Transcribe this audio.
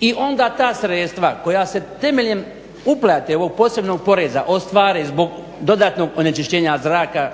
i onda ta sredstva koja se temeljem uplate ovog posebnog poreza ostvare zbog dodatnog onečišćenja zraka